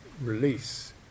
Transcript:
release